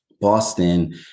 Boston